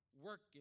Working